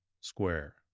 square